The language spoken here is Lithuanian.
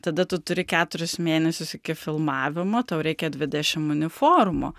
tada tu turi keturis mėnesius iki filmavimo tau reikia dvidešim uniformų